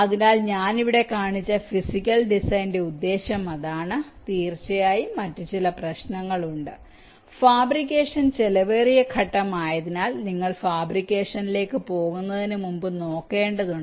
അതിനാൽ ഞാൻ ഇവിടെ കാണിച്ച ഫിസിക്കൽ ഡിസൈന്റെ ഉദ്ദേശ്യം അതാണ് തീർച്ചയായും മറ്റ് ചില പ്രശ്നങ്ങളുണ്ട് ഫാബ്രിക്കേഷൻ ചെലവേറിയ ഘട്ടമായതിനാൽ നിങ്ങൾ ഫാബ്രിക്കേഷനിലേക്ക് പോകുന്നതിനുമുമ്പ് നോക്കേണ്ടതുണ്ട്